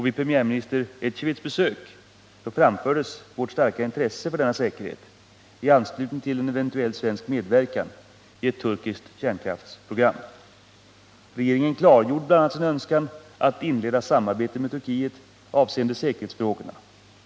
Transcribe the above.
Vid premiärminister Ecevits besök framfördes vårt starka intresse för denna säkerhet i anslutning till en eventuell svensk medverkan till ett turkiskt kärnkraftsprogram. Regeringen klargjorde bl.a. en önskan att inleda ett samarbete med Turkiet avseende säkerhetsfrågorna.